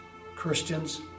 Christians